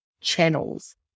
channels